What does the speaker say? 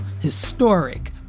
Historic